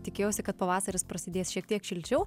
tikėjausi kad pavasaris prasidės šiek tiek šilčiau